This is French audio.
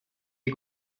les